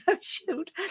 Shoot